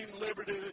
liberty